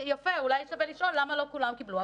אולי שווה לשאול למה לא כולם קיבלו,